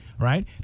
right